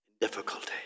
Difficulty